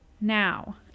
now